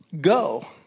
go